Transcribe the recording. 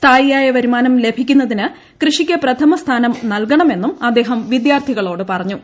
സ്ഥായിയായ വരുമാനം ലഭിക്കുന്നതിന് കൃഷിക്ക് പ്രഥമസ്ഥാനം നൽകണമെന്നും അദ്ദേഹം വിദ്യാർത്ഥികളോട് പറഞ്ഞു